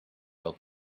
old